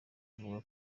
avuga